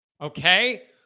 Okay